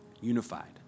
unified